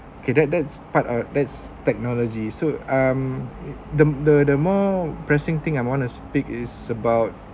okay that that's part our that's technology so um the the the more pressing thing I want to speak is about